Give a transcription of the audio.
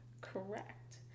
Correct